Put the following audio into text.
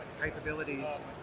capabilities